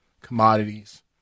commodities